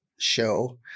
show